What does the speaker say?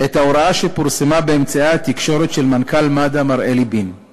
את ההוראה של מנכ"ל מד"א מר אלי בין שפורסמה באמצעי התקשורת.